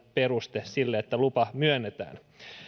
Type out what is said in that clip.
peruste sille että lupa myönnetään